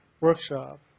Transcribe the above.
workshop